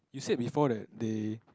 you said before that they